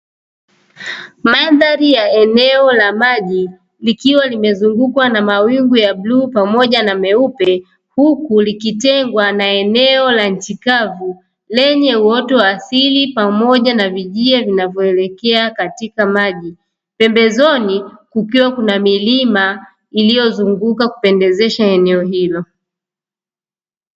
Mandhari ya eneo la maji likiwa limezungukwa na mawingu ya bluu pamoja na meupe, huku likitengwa na eneo la nchi kavu lenye uoto wa asili pamoja na vijiwe vinavyoelekea katika maji pembezoni kukiwa kuna milima iliyozunguka kupendezesha eneo hilo.